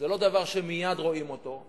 זה לא דבר שמייד רואים אותו,